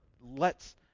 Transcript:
lets